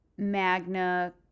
Magna